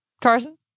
Carson